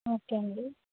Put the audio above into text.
okay అండి